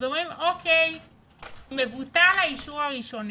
אומרים: מבוטל האישור הראשוני,